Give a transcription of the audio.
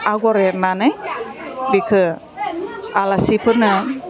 आग'र एरनानै बेखौ आलासिफोरनो